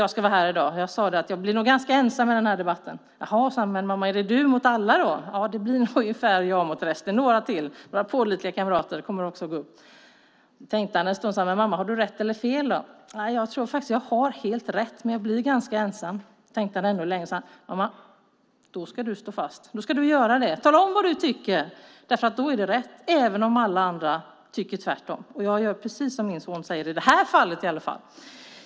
Jag skulle vara här i dag. Jag sade att jag nog blir ganska ensam i den här debatten. Jaha mamma, sade han, är det du mot alla? Jag sade att det nog blir nästan så - några pålitliga kamrater kommer nog också att gå upp. Då tänkte han en stund, och sedan frågade han: Mamma, har du rätt eller fel då? Jag tror faktiskt att jag har helt rätt, sade jag, men jag blir ganska ensam. Då tänkte han en stund igen, sedan sade han: Mamma, då ska du stå fast vid det. Tala om vad du tycker, för det är rätt även om alla andra tycker tvärtom! Jag gör precis som min son säger i det här fallet.